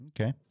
Okay